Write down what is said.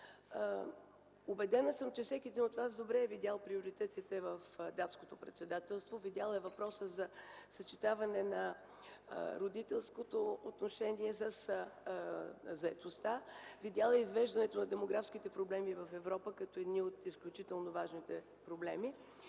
Убедена съм, че всеки един от Вас добре е видял приоритетите в Датското председателство, видял е въпроса за съчетаването на родителското отношение със заетостта, извеждането на демографските проблеми в Европа като изключително важни. В